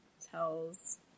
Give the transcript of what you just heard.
tells